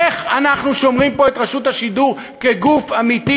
איך אנחנו שומרים פה את רשות השידור כגוף אמיתי,